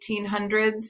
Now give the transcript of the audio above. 1800s